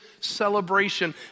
celebration